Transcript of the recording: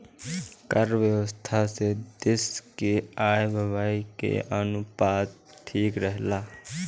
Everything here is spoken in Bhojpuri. कर व्यवस्था से देस के आय व्यय के अनुपात ठीक रहेला